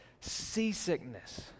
seasickness